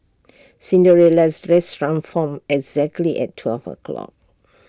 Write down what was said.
Cinderella's dress transformed exactly at twelve o'clock